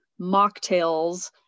mocktails